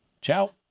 Ciao